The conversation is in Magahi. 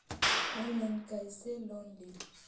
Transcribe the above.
ऑनलाइन कैसे लोन ली?